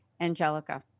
Angelica